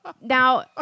Now